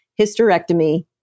hysterectomy